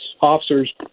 officers